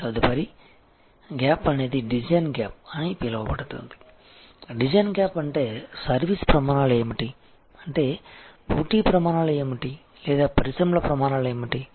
తదుపరి గ్యాప్ అనేది design gap అని పిలవబడుతుంది డిజైన్ గ్యాప్ అంటే సర్వీస్ ప్రమాణాలు ఏమిటి అంటే పోటీ ప్రమాణాలు ఏమిటి లేదా పరిశ్రమల ప్రమాణాలు ఏమిటి